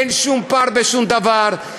אין שום פער בשום דבר.